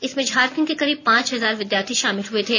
इसमें झारखंड के करीब पांच हजार विद्यार्थी शामिल हुए थे